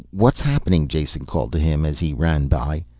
what's happening? jason called to him as he ran by.